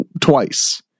twice